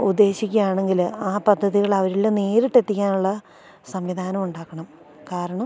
ഉദ്ദേശിക്കുകയാണെങ്കിൽ ആ പദ്ധതികളവരിൽ നേരിട്ടെത്തിക്കാനുള്ള സംവിധാനം ഉണ്ടാക്കണം കാരണം